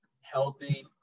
healthy